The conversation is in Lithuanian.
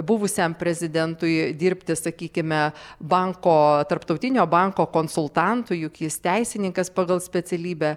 buvusiam prezidentui dirbti sakykime banko tarptautinio banko konsultantu juk jis teisininkas pagal specialybę